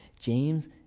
James